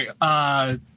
right